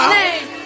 name